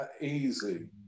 Easy